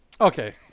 Okay